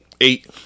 eight